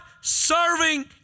serving